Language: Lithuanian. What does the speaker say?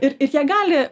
ir ir jie gali